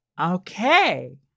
Okay